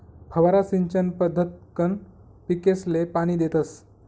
फवारा सिंचन पद्धतकंन पीकसले पाणी देतस